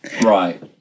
Right